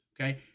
okay